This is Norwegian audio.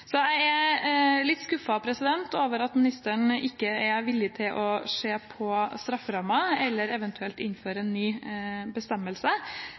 Jeg er litt skuffet over at ministeren ikke er villig til å se på strafferammen eller eventuelt innføre en ny bestemmelse.